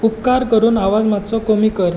उपकार करून आवाज मात्सो कमी कर